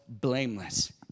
blameless